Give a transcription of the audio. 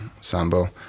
sambo